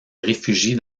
réfugie